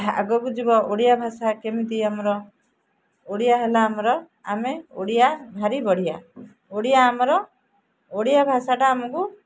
ଆଗକୁ ଯିବ ଓଡ଼ିଆ ଭାଷା କେମିତି ଆମର ଓଡ଼ିଆ ହେଲା ଆମର ଆମେ ଓଡ଼ିଆ ଭାରି ବଢ଼ିଆ ଓଡ଼ିଆ ଆମର ଓଡ଼ିଆ ଭାଷାଟା ଆମକୁ